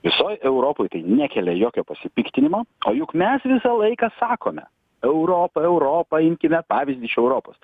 visoj europoj tai nekelia jokio pasipiktinimo o juk mes visą laiką sakome europa europa imkime pavyzdį iš europos